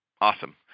Awesome